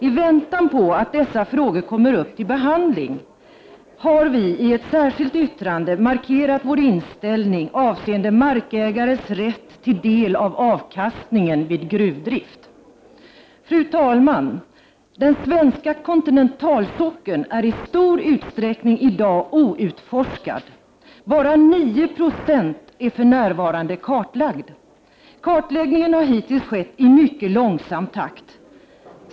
I väntan på att dessa frågor kommer upp till behandling har vi i ett särskilt yttrande markerat vår inställning avseende markägares rätt till del av avkastningen vid gruvdrift. Fru talman! Den svenska kontinentalsockeln är i stor utsträckning i dag outforskad. Bara 9 96 är för närvarande kartlagda. Kartläggningen har hittills skett i mycket långsam takt.